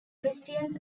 christians